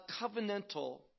covenantal